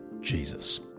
Jesus